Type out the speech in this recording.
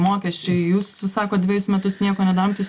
mokesčiai jūs sako dvejus metus nieko nedarot jūs